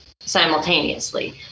simultaneously